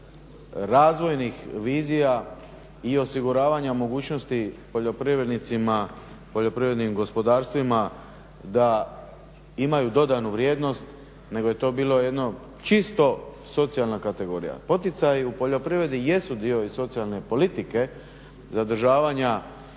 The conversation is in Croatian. razvojnih vizija i osiguravanja mogućnosti poljoprivrednicima, poljoprivrednim gospodarstvima da imaju dodanu vrijednost, nego je to bilo jedno čisto socijalna kategorija. Poticaji u poljoprivredi jesu dio i socijalne politike zadržavanja